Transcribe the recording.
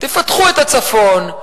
תפתחו את הצפון,